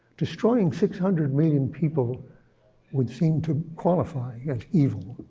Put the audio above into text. destroying six hundred million people would seem to qualify as evil.